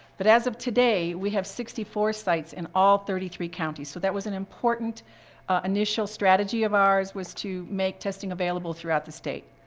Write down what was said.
but as of today we have sixty four sites in all thirty three counties. so that was an important initial strategy of hours, to make testing available throughout the state.